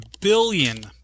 billion